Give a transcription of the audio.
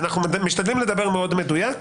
בואו נדייק, אנחנו משתדלים לדבר מאוד מדויק.